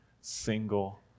single